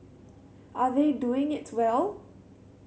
are they doing it well